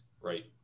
right